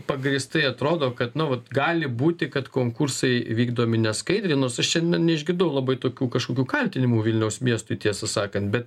pagrįstai atrodo kad nu vat gali būti kad konkursai vykdomi neskaidriai nors aš šiandien neišgirdau labai tokių kažkokių kaltinimų vilniaus miestui tiesą sakant bet